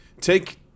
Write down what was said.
take